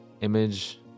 image